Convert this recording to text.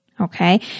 okay